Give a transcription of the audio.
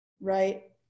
Right